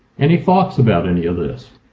any thoughts about any of this?